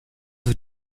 für